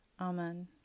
Amen